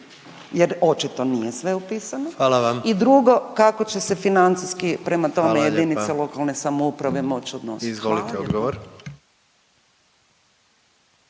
predsjednik: Hvala vam./… I drugo, kako će se financijski prema tome jedinice lokalne samouprave moći odnositi. Hvala lijepo.